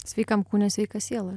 sveikam kūne sveika siela